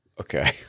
Okay